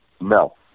No